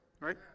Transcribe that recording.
right